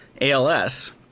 ALS